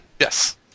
Yes